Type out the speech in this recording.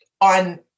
on